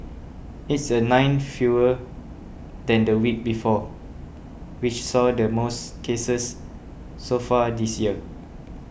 it's the nine fewer than the week before which saw the most cases so far this year